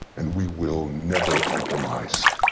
and we will never compromise.